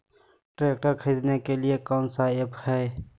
Tractor खरीदने के लिए कौन ऐप्स हाय?